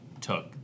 took